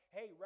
Hey